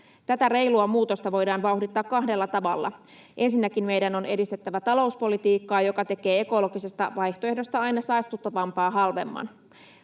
Tätä reilua muutosta voidaan vauhdittaa kahdella tavalla. Ensinnäkin meidän on edistettävä talouspolitiikkaa, joka tekee ekologisesta vaihtoehdosta aina saastuttavampaa halvemman.